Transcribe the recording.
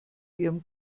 ihrem